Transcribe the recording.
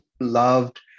loved